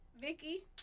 Vicky